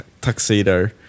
tuxedo